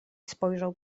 spojrzał